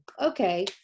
okay